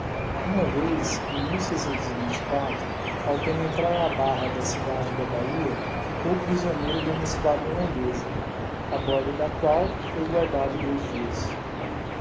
uma vez em ao penetrar a barra da cidade da bahia ficou prisioneiro de uma esquadra houandeza a bordo da qual toi guardado dois dias